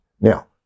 Now